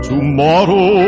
Tomorrow